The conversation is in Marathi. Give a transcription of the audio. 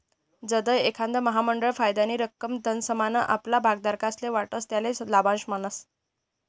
जधय एखांद महामंडळ फायदानी रक्कम समसमान आपला भागधारकस्ले वाटस त्याले लाभांश म्हणतस